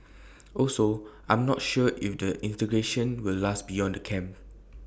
also I'm not sure if the integration will last beyond the camp